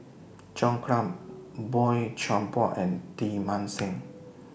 John Clang Boey Chuan Poh and Teng Mah Seng